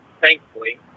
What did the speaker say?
thankfully